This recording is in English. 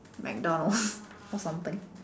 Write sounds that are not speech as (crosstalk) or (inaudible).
McDonald's (breath) or something